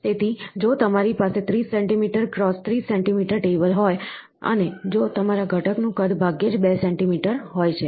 તેથી જો તમારી પાસે 30 સેન્ટિમીટર ક્રોસ 30 સેન્ટિમીટર ટેબલ હોય અને જો તમારા ઘટકનું કદ ભાગ્યે જ 2 સેન્ટિમીટર હોય છે